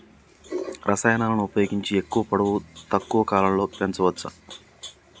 రసాయనాలను ఉపయోగించి ఎక్కువ పొడవు తక్కువ కాలంలో పెంచవచ్చా?